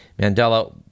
Mandela